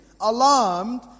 alarmed